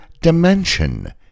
dimension